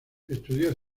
estudió